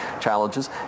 challenges